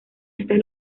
estas